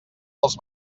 dels